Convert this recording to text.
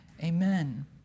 Amen